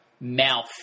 mouth